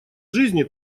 жизни